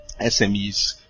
SMEs